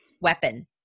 Weapon